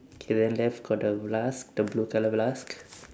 K then left got the flask the blue colour flask